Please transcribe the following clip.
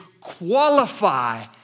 qualify